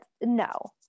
no